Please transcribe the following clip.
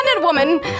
woman